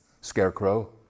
scarecrow